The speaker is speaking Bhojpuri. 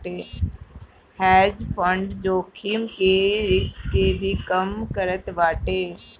हेज फंड जोखिम के रिस्क के भी कम करत बाटे